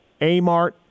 Amart